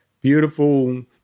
beautiful